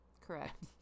correct